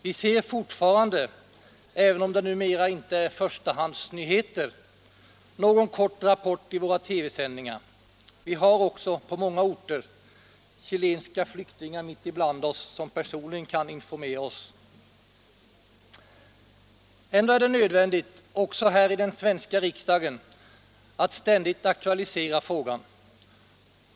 Vi ser fortfarande, även om det numera inte är förstahandsnyheter, någon kort rapport i våra TV-sändningar. Vi har på många orter chilenska flyktingar mitt ibland oss, som personligen kan informera oss. Ändå är det nödvändigt, också här i den svenska riksdagen, att ständigt aktualisera frågan.